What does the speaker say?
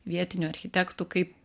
vietinių architektų kaip